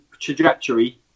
trajectory